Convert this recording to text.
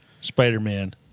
Spider-Man